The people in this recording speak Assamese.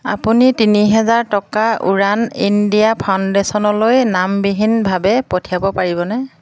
আপুনি তিনি হাজাৰ টকা উড়ান ইণ্ডিয়া ফাউণ্ডেশ্যনলৈ নামবিহীনভাৱে পঠিয়াব পাৰিবনে